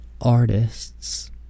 artists